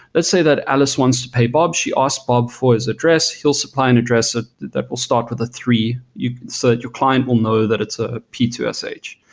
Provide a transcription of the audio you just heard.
let's say that alice wants to pay bob, she asks bob for his address, he'll supply an address ah that will start for the three, so that your client will know that it's a p two s h.